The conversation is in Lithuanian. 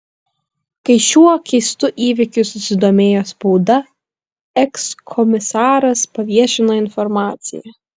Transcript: kai šiuo keistu įvykiu susidomėjo spauda ekskomisaras paviešino informaciją